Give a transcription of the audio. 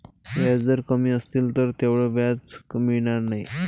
व्याजदर कमी असतील तर तेवढं व्याज मिळणार नाही